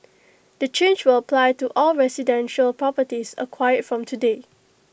the change will apply to all residential properties acquired from today